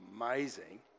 amazing